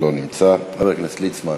לא נמצא, חבר הכנסת ליצמן,